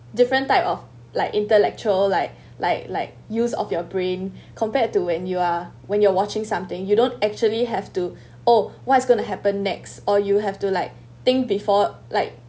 different type of like intellectual like like like use of your brain compared to when you're when you're watching something you don't actually have to oh what's gonna to happen next or you have to like think before like